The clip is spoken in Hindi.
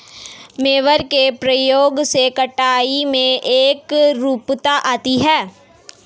मोवर के प्रयोग से कटाई में एकरूपता आती है